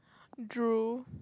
drool